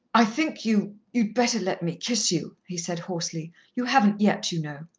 i think you you'd better let me kiss you, he said hoarsely. you haven't yet, you know.